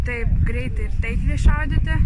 taip greitai ir taikliai šaudyti